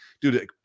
dude